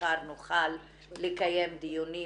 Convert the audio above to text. שמחר נוכל לקיים דיונים